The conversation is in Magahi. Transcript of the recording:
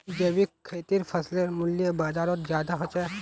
जैविक खेतीर फसलेर मूल्य बजारोत ज्यादा होचे